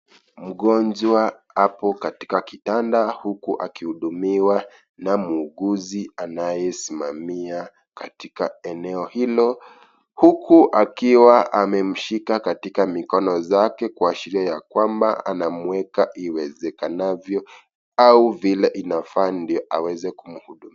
Mgonjwa apo katika kitanda huku akihudumiwa na muuguzi anayesimamia katika eneo hilo, huku akiwa amemshika katika mikono zake kuashiria ya kwamba anamuweka iwezekanavyo au vile inafaa ndo aweze kumhudumia.